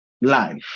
life